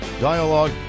dialogue